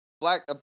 black